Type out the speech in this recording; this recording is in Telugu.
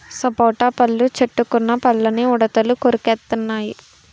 సపోటా పళ్ళు చెట్టుకున్న పళ్ళని ఉడతలు కొరికెత్తెన్నయి